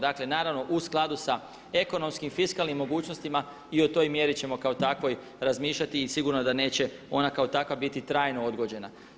Dakle, naravno u skladu sa ekonomskim, fiskalnim mogućnostima i o toj mjeri ćemo kao takvoj razmišljati i sigurno je da neće ona kao takva biti trajno odgođena.